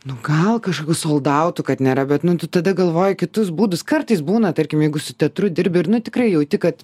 nu gal kažkokių soldautų kad nėra bet nu tu tada galvoji kitus būdus kartais būna tarkim jeigu su teatru dirbi ir nu tikrai jauti kad